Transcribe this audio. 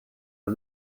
are